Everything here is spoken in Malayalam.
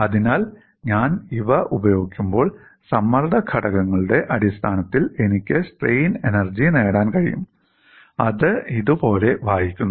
അതിനാൽ ഞാൻ ഇവ ഉപയോഗിക്കുമ്പോൾ സമ്മർദ്ദ ഘടകങ്ങളുടെ അടിസ്ഥാനത്തിൽ എനിക്ക് സ്ട്രെയിൻ എനർജി നേടാൻ കഴിയും അത് ഇതുപോലെ വായിക്കുന്നു